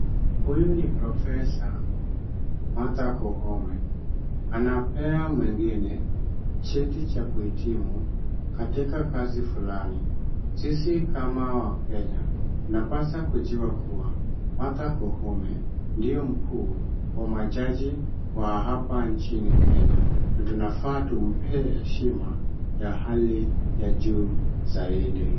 Huyu ni Professa Martha Koome, anapea mwingine cheti cha kuhitimu katika kazi fulani. Sisi kama wa Kenya tunapaswa kujua kuwa Martha Koome ndiye mkuu wa majaji wa hapa nchini Kenya, na tunafaa tumpee heshima ya hali ya juu zaidi.